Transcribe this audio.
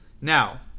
Now